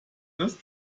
ist